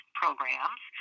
programs